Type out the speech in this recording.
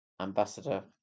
ambassador